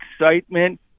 excitement